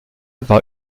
war